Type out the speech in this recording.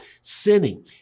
sinning